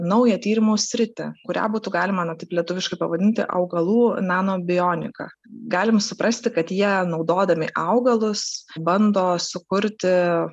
naują tyrimų sritį kurią būtų galima tik lietuviškai pavadinti augalų namo bionika galim suprasti kad jie naudodami augalus bando sukurti